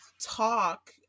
talk